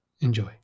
Enjoy